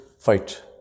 fight